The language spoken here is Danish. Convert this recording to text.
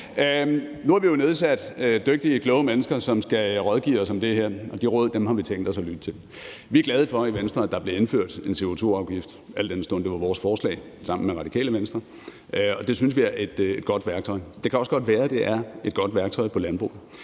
Nu har vi jo nedsat en gruppe af dygtige og kloge mennesker, som skal rådgive os om det her, og de råd har vi tænkt os at lytte til. Vi er glade for i Venstre, at der blev indført en CO2-afgift – al den stund det var vores forslag, sammen med Radikale Venstre – og det synes vi er et godt værktøj. Det kan også godt være, det er et godt værktøj i forhold